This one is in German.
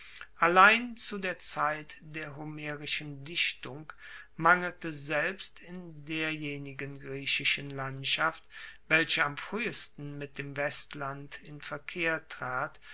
allein zu der zeit der homerischen dichtung mangelte selbst in derjenigen griechischen landschaft welche am fruehesten mit dem westland in verkehr trat